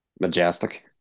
Majestic